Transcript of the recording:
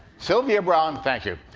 sylvia browne thank you